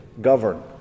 govern